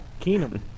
Keenum